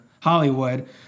Hollywood